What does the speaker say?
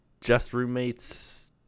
justroommates